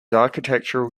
architectural